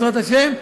בעזרת השם,